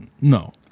no